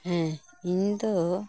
ᱦᱮᱸ ᱤᱧ ᱫᱚ